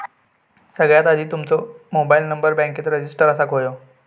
सगळ्यात आधी तुमचो मोबाईल नंबर बॅन्केत रजिस्टर असाक व्हयो